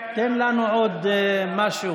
תן לנו עוד משהו.